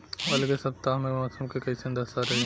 अलगे सपतआह में मौसम के कइसन दशा रही?